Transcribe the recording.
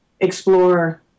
explore